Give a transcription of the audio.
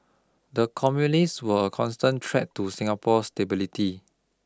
the communists were a constant threat to Singapore's stability